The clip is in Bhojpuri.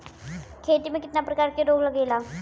खेती में कितना प्रकार के रोग लगेला?